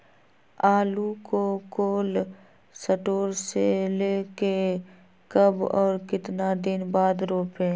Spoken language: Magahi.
आलु को कोल शटोर से ले के कब और कितना दिन बाद रोपे?